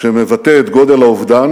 שמבטא את גודל האובדן